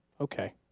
Okay